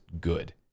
good